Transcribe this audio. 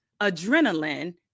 adrenaline